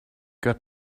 got